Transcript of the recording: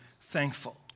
thankful